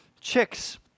chicks